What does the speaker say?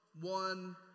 one